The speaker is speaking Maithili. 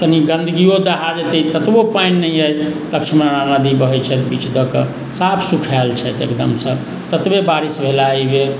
कनी गन्दगियो दहाए जेतै ततबो पानि नहि अइ लक्ष्मणा नदी बहैत छथि बिच दए कऽ साफ सुखाएल छथि एकदमसँ ततबे बारिश भेला एहिबेर